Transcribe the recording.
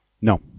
No